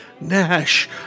Nash